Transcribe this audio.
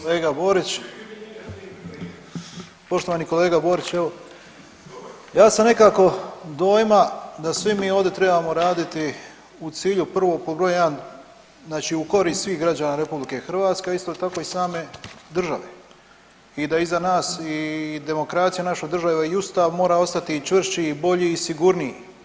Kolega Borić, ... [[Upadica se ne čuje.]] poštovani kolega Borić, evo, ja sam nekako dojma da svi mi ovdje trebamo raditi u cilju prvo pod broj 1, znači u korist svih građana RH, a isto tako i same države i da iza nas i demokracija naše države i Ustav mora ostati i čvršći i bolji i sigurniji.